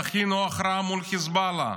דחינו הכרעה מול חיזבאללה,